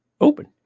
open